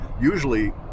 Usually